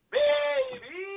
baby